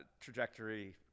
trajectory